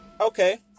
Okay